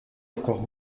encore